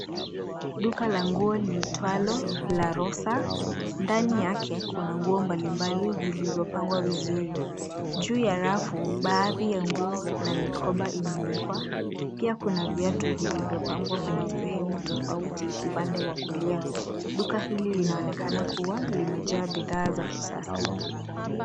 Duka la nguo liitwalo La Rosa. Ndani yake kuna nguo mbalimbali zilizopangwa vizuri. Juu ya rafu baadhi ya nguo na mikoba imewekwa. Pia kuna viatu vilivyopangwa kwenye sehemu tofauti upande wa kulia. Duka hilo linaonekana kuwa limejaa bidhaa za kisasa.